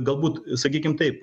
galbūt sakykim taip